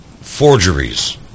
forgeries